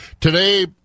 today